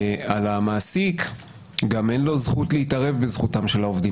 למעסיק גם אין זכות להתערב בזכותם של העובדים